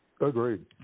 Agreed